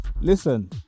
listen